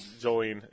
Jolene